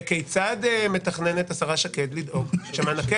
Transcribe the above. כיצד מתכננת השרה שקד לדאוג שמענקי